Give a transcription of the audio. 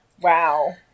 Wow